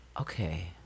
Okay